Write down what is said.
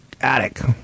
attic